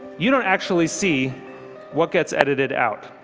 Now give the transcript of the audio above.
you don't actually see what gets edited out.